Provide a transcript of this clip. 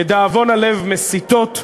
לדאבון הלב, מסיטות,